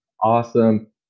awesome